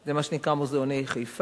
זה מה שנקרא מוזיאוני חיפה.